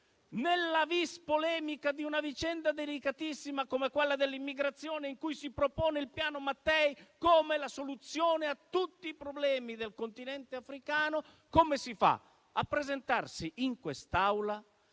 nella *vis* polemica di una vicenda delicatissima come quella dell'immigrazione, in cui si propone il Piano Mattei come la soluzione a tutti i problemi del Continente africano, come ci si possa presentare in quest'Aula